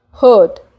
hurt